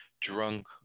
drunk